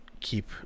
keep